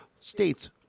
states